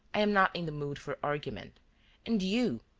i am not in the mood for argument and you,